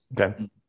Okay